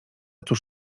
cóż